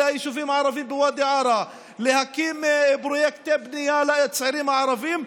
היישובים הערביים בוואדי עארה והקמת פרויקטי בנייה לצעירים הערבים,